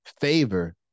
favor